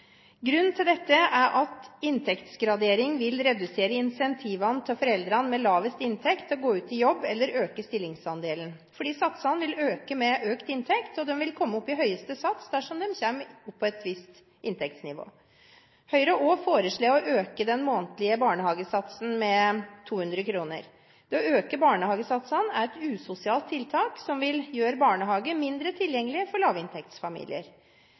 Grunnen til dette er at inntektsgradering vil svekke incentivene for å gå ut i jobb eller øke stillingsandelen for foreldre med lavest inntekt, fordi satsene vil øke med økt inntekt, og de vil nå høyeste sats hvis de kommer opp på et visst inntektsnivå. Høyre foreslår også å øke den månedlige barnehagesatsen med 200 kr. Det å øke barnehagesatsene er et usosialt tiltak, som vil gjøre barnehageplassene mindre tilgjengelige for lavinntektsfamilier.